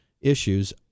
issues